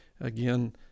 again